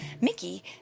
Mickey